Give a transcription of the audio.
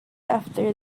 after